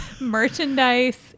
Merchandise